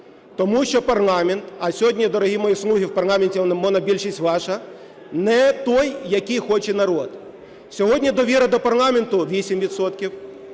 тому що парламент - а сьогодні, дорогі мої "слуги", в парламенті монобільшість ваша, - не той, який хоче народ. Сьогодні довіра до парламенту –